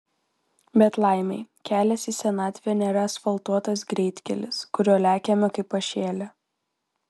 bet laimei kelias į senatvę nėra asfaltuotas greitkelis kuriuo lekiame kaip pašėlę